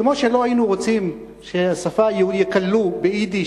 כמו שלא היינו רוצים שיקללו ביידיש,